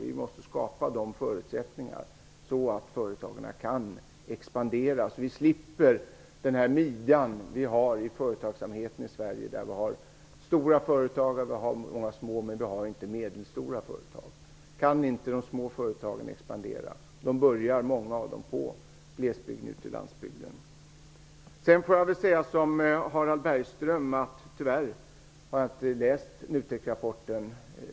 Vi måste skapa förutsättningar för att företagen skall kunna expandera, så att vi slipper den ''midja'' som finns i företagsamheten i Sverige. Det finns stora företag, det finns många små, men det finns inga medelstora företag. De små företagen kan inte expandera. Många av dem börjar ute på landsbygden i glesbygd. Sedan får jag som Harald Bergström säga att jag tyvärr inte har läst NUTEK-rapporten.